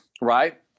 Right